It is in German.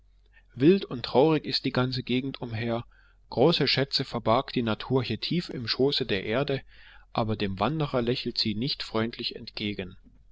wild und traurig ist die ganze gegend umher große schätze verbarg die natur hier tief im schoße der erde aber dem wanderer lächelt sie nicht freundlich entgegen